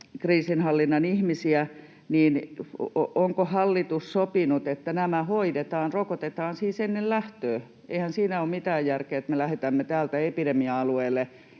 sotilaskriisinhallinnan ihmisiä, niin onko hallitus sopinut, että nämä hoidetaan, rokotetaan siis ennen lähtöä? Eihän siinä ole mitään järkeä, että me lähetämme täältä epidemia-alueille